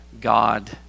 God